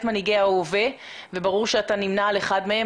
מנהיגי ההווה וברור שאתה נמנה עליהם.